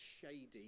shady